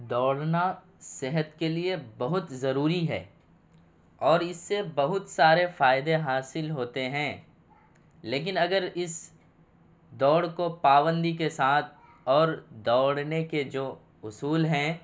دوڑنا صحت کے لیے بہت ضروری ہے اور اس سے بہت سارے فائدے حاصل ہوتے ہیں لیکن اگر اس دوڑ کو پابندی کے ساتھ اور دوڑنے کے جو اصول ہیں